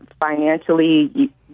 financially